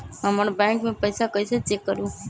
हमर बैंक में पईसा कईसे चेक करु?